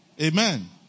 Amen